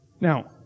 Now